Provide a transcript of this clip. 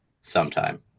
sometime